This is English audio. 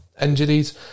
injuries